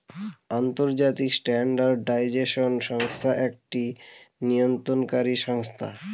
আন্তর্জাতিক স্ট্যান্ডার্ডাইজেশন সংস্থা একটি নিয়ন্ত্রণকারী সংস্থা